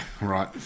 Right